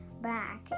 back